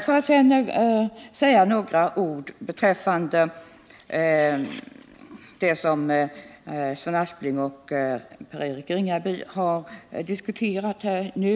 Får jag sedan säga några ord beträffande det som Sven Aspling och Per-Eric Ringaby nu har diskuterat.